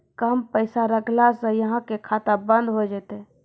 कम पैसा रखला से अहाँ के खाता बंद हो जैतै?